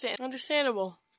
Understandable